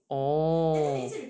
orh